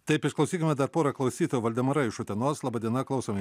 taip išklausykime dar porą klausyto valdemara iš utenos laba diena klausome